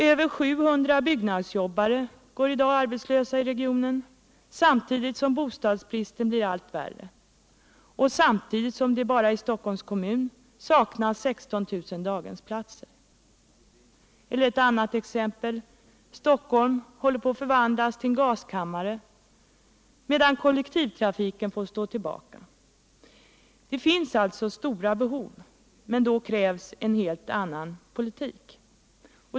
Över 700 byggnadsjobbare går i dag arbetslösa i regionen, samtidigt som bostadsbristen blir allt värre och samtidigt som det bara i Stockholms kommun saknas 16 000 daghemsplatser. Eller, för att ta ett annat exempel, Stockholm håller på att förvandlas till en gaskammare, medan kollektivtrafiken får stå tillbaka. Det finns alltså stora behov, men för att tillgodose dem krävs en helt annat politik.